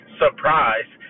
surprise